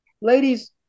ladies